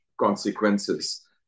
consequences